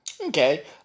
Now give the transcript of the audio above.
Okay